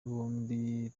bombi